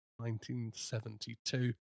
1972